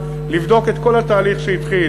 לבדוק את כל התהליך שהתחיל,